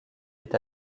est